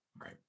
Right